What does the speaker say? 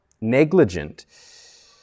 negligent